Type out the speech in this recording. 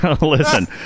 Listen